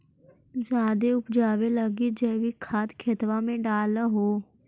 जायदे उपजाबे लगी जैवीक खाद खेतबा मे डाल हो?